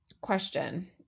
question